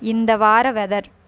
இந்த வார வெதர்